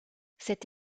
cette